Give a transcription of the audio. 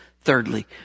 Thirdly